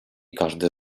każdy